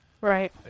Right